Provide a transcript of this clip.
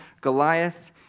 Goliath